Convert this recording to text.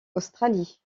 australie